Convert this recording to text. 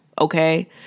okay